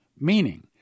Meaning